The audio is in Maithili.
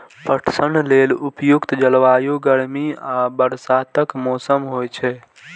पटसन लेल उपयुक्त जलवायु गर्मी आ बरसातक मौसम होइ छै